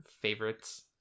favorites